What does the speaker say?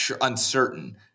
uncertain